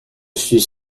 suis